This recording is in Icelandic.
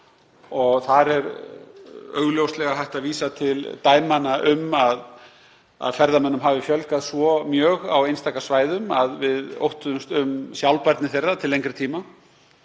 og þar er augljóslega hægt að vísa til dæmanna um að ferðamönnum hafi fjölgað svo mjög á einstaka svæðum að við óttuðumst um sjálfbærni þeirra til lengri tíma.